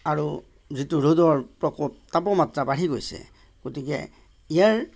আৰু যিটো ৰ'দৰ প্ৰকোপ তাপমাত্ৰা বাঢ়ি গৈছে গতিকে ইয়াৰ